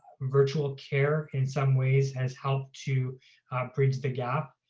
virtual care in some ways has helped to bridge the gap,